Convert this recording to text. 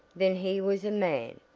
then he was a man,